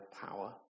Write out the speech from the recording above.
power